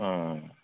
आं